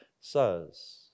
says